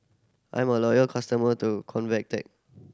I'm a loyal customer to Convatec